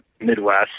Midwest